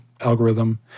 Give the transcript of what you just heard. algorithm